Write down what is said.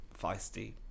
feisty